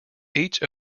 each